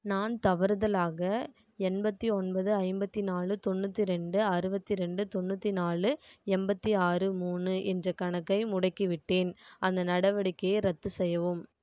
நான் தவறுதலாக எண்பத்தி ஒன்பது ஐம்பத்தினாலு தொண்ணூற்றி ரெண்டு அறுபத்திரெண்டு தொண்ணூற்றி நாலு எண்பத்தி ஆறு மூணு என்ற கணக்கை முடக்கிவிட்டேன் அந்த நடவடிக்கையை ரத்து செய்யவும்